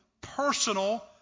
personal